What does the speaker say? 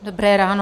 Dobré ráno.